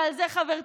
ועל זה חברתי,